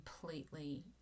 completely